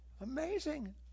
Amazing